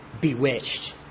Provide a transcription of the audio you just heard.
bewitched